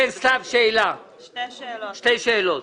בקשה, סתיו, שתי שאלות.